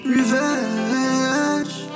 Revenge